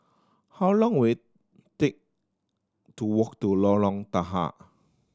how long will it take to walk to Lorong Tahar